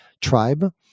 tribe